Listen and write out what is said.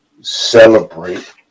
celebrate